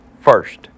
first